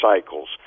cycles